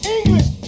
English